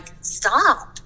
stop